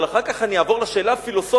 אבל אחר כך אני אעבור לשאלה הפילוסופית